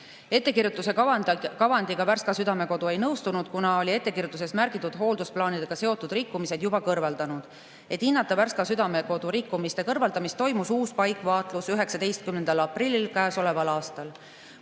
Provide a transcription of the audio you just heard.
Ettekirjutuse kavandiga Värska Südamekodu ei nõustunud, kuna oli ettekirjutuses märgitud hooldusplaanidega seotud rikkumised juba kõrvaldanud. Et hinnata Värska Südamekodus rikkumiste kõrvaldamist, toimus uus paikvaatlus 19. aprillil käesoleval aastal,